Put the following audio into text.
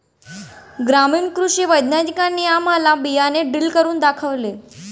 ग्रामीण कृषी वैज्ञानिकांनी आम्हाला बियाणे ड्रिल करून दाखवले